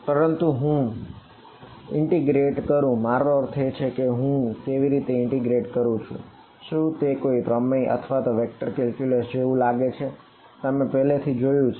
પરંતુ જો હું ઇન્ટિગ્રેટ જેવું લાગે છે જે તમે પહેલેથી જોયું છે